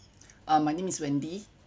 ah my name is wendy